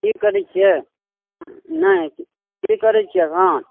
की करै छिऐ नहि की करै छिऐ एखन